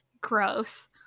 gross